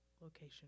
location